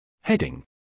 Heading